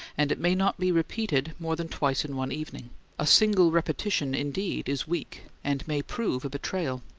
and it may not be repeated more than twice in one evening a single repetition, indeed, is weak, and may prove a betrayal.